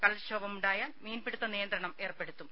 കടൽക്ഷോഭമുണ്ടായാൽ മീൻപിടുത്ത നിയന്ത്രണം ഏർപ്പെടുത്തും